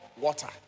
water